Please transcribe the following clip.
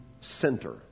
center